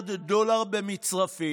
מיליארד דולר במצרפי,